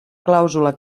clàusula